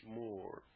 more